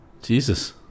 Jesus